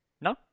No